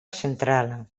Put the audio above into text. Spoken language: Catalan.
central